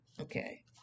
Okay